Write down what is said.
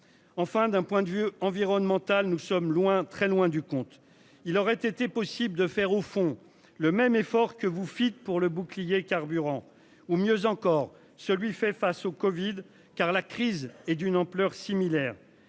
Enfin d'un point de vue environnemental. Nous sommes loin, très loin du compte. Il aurait été possible de faire au fond le même effort que vous feat pour le bouclier carburant ou mieux encore celui fait face au Covid. Car la crise est d'une ampleur similaire